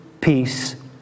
peace